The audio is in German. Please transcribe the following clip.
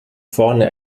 vorne